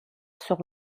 sur